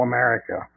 America